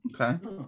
okay